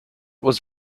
was